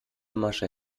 masche